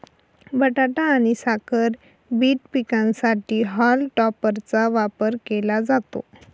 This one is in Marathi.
बटाटा आणि साखर बीट पिकांसाठी हॉल टॉपरचा वापर केला जातो